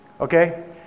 Okay